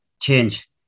change